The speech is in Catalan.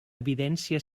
evidència